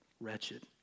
wretched